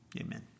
amen